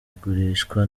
igurishwa